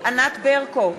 ענת ברקו,